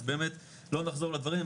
אז באמת, לא נחזור על הדברים.